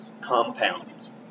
compounds